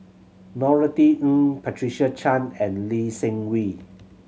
Norothy Ng Patricia Chan and Lee Seng Wee